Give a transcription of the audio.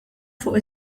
fuq